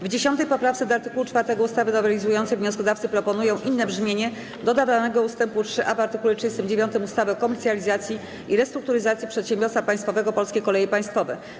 W 10. poprawce do art. 4 ustawy nowelizującej wnioskodawcy proponują inne brzmienie dodawanego ust. 3a w art. 39 ustawy o komercjalizacji i restrukturyzacji przedsiębiorstwa państwowego Polskie Koleje Państwowe.